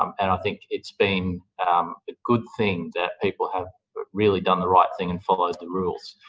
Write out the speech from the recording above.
um and i think it's been a good thing that people have really done the right thing and followed the rules.